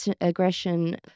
aggression